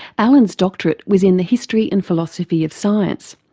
alan's doctorate was in the history and philosophy of science,